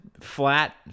flat